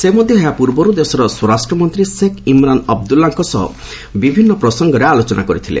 ସେ ମଧ୍ୟ ଏହା ପୂର୍ବର୍ ଦେଶର ସ୍ୱରାଷ୍ଟ୍ରମନ୍ତ୍ରୀ ସେକ୍ ଇମ୍ରାନ୍ ଅବଦୁଲ୍ଲାଙ୍କ ସହ ବିଭିନ୍ନ ପ୍ରସଙ୍ଗରେ ଆଲୋଚନା କରିଥିଲେ